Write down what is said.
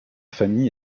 famille